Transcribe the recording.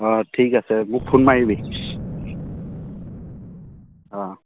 অ' ঠিক আছে মোক ফোন মাৰিবি অ'